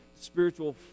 spiritual